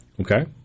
Okay